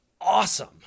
awesome